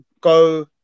go